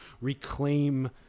reclaim